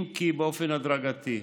אם כי באופן הדרגתי,